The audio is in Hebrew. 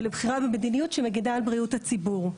ולבחירה במדיניות שמגינה על בריאות הציבור.